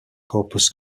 corpus